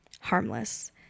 harmless